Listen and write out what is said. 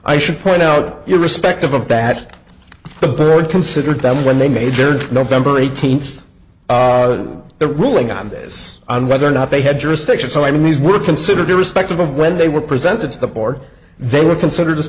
i should point out your respective of that the board considered that when they made their november eighteenth the ruling on this on whether or not they had jurisdiction so i mean these were considered irrespective of when they were presented to the board they were considered as